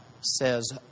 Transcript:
says